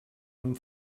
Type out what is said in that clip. amb